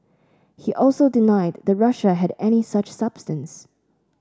he also denied that Russia had any such substance